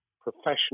professional